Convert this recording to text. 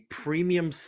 premium